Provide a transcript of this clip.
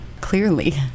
Clearly